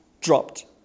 Dropped